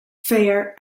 fair